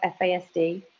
FASD